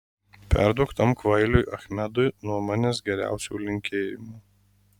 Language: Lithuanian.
perduok tam kvailiui achmedui nuo manęs geriausių linkėjimų